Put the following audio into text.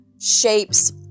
shapes